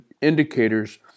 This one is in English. indicators